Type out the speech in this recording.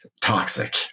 toxic